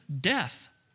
death